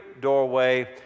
doorway